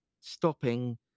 stopping